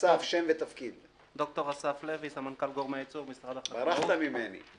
תגיד שאתה מסכים לחוק וזהו, נלך הביתה.